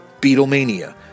Beatlemania